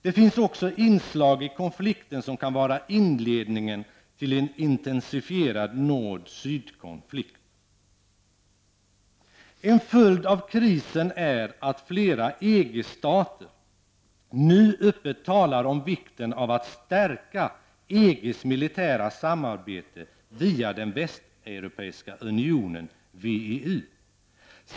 Det finns också inslag i konflikten som kan vara inledningen till en intensifierad nord-- sydkonflikt. En följd av krisen är att flera EG-stater nu öppet talar om vikten av att stärka EGs militära samarbete via den västeuropeiska unionen, WEU.